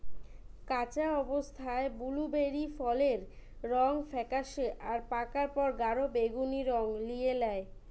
কাঁচা অবস্থায় বুলুবেরি ফলের রং ফেকাশে আর পাকার পর গাঢ় বেগুনী রং লিয়ে ল্যায়